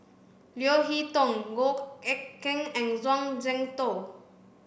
Leo Hee Tong Goh Eck Kheng and Zhuang Shengtao